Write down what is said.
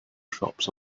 shops